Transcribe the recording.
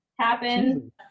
Happen